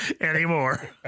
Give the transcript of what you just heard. anymore